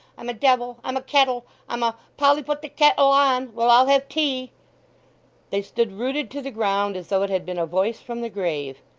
i'm a devil, i'm a ket-tle, i'm a polly put the ket-tle on, we'll all have tea they stood rooted to the ground, as though it had been a voice from the grave.